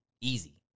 Easy